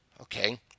okay